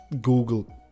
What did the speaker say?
google